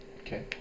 okay